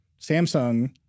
Samsung